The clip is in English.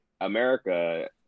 America